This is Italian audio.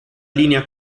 linea